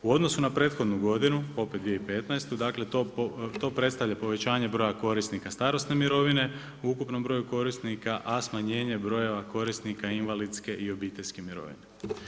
U odnosu na prethodnu godinu, opet 2015. dakle to predstavlja povećanje broja korisnika starosne mirovine u ukupnom broju korisnika, a smanjenje brojeva korisnika invalidske i obiteljske mirovine.